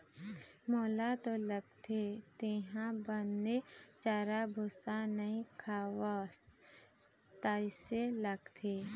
मोला तो लगथे तेंहा बने चारा भूसा नइ खवास तइसे लगथे